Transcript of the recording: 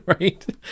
right